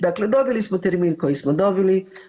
Dakle, dobili smo termin koji smo dobili.